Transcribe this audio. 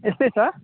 यस्तै छ